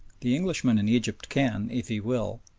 the englishman in egypt can, if he will,